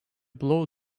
blow